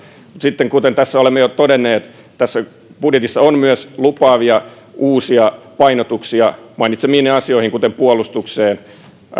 sitten kuten tässä olemme jo todenneet tässä budjetissa on myös lupaavia uusia painotuksia mainitsemiinne asioihin kuten puolustukseen ja